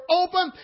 open